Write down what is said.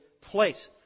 place